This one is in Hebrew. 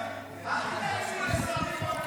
חברי הכנסת, נא לשמור על שקט